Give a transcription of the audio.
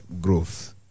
Growth